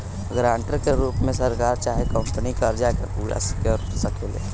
guarantor के रूप में सरकार चाहे कंपनी कर्जा के पूरा कर सकेले